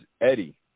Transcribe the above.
eddie